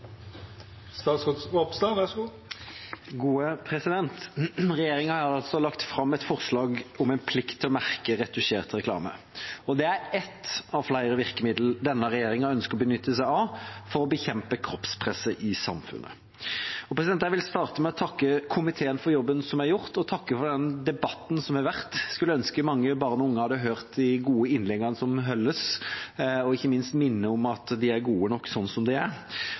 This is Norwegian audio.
Regjeringa har lagt fram et forslag om en plikt til å merke retusjert reklame. Det er ett av flere virkemidler denne regjeringa ønsker å benytte seg av for å bekjempe kroppspresset i samfunnet. Jeg vil starte med å takke komiteen for jobben som er gjort, og takke for den debatten som har vært. Jeg skulle ønske mange barn og unge hadde hørt de gode innleggene som ble holdt, og ikke minst minne om at de er gode nok som de er.